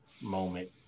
moment